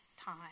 time